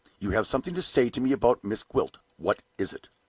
you have something to say to me about miss gwilt. what is it?